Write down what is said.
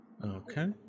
Okay